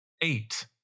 Eight